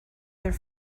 their